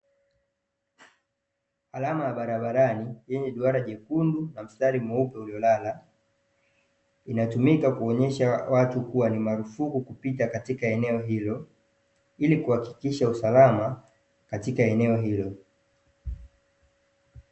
Alama ya barabarani yenye duara jekundu na mstari mweupe uliolala, linatumika kuonesha watu kuwa ni marufuku kupita katika eneo hilo, ili kuhakikisha usalama katika eneo hilo.